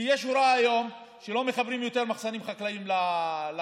כי יש הוראה היום שלא מחברים יותר מחסנים חקלאיים לחשמל.